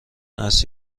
است